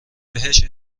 بهش